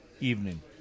evening